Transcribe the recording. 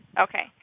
Okay